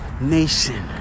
nation